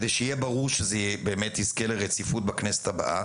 יהיה ברור שזה יזכה לרציפות בכנסת הבאה.